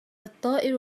الطائر